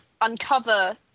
uncover